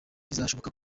bizashoboka